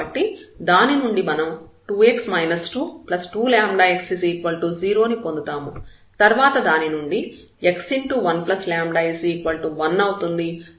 కాబట్టి దాని నుండి మనం 2 x 22λ x 0 ను పొందుతాము తర్వాత దాని నుండి x1λ 1 అవుతుంది